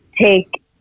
take